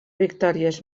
victòries